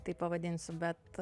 taip pavadinsiu bet